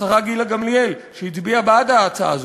השרה גילה גמליאל שהצביעה בעד ההצעה הזו,